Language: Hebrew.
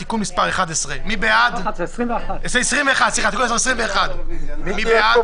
על תיקון מס' 21. מי בעד?